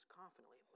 confidently